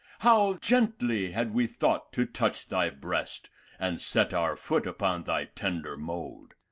how gently had we thought to touch thy breast and set our foot upon thy tender mould,